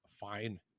fine